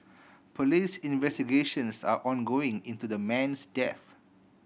police investigations are ongoing into the man's death